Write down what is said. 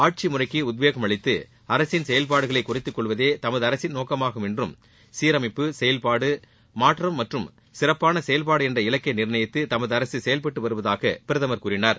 ஆட்சி முறைக்கு உத்வேகம் அளித்து அரசின் செயல்பாடுகளை குறைத்துக்கொள்வதே தமது அரசின் நோக்கமாகும் என்றும் சீரமைப்பு செயல்பாடு மாற்றம் மற்றம் சிறப்பாள செயல்பாடு என்ற இலக்கை நிர்ணயித்து தமது அரசு செயல்பட்டு வருவதாக பிரதமர் கூறினார்